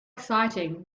exciting